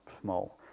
small